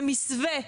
במסווה.